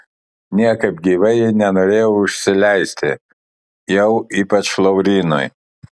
niekaip gyvai ji nenorėjo užsileisti jau ypač laurynui